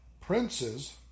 Princes